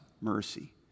mercy